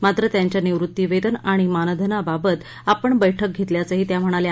मात्र त्यांच्या निवृत्ती वेतन आणि मानधनाबाबत आपण बैठक घेतल्याचंही त्या म्हणाल्या